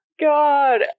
God